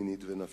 מינית ונפשית,